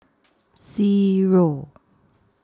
Zero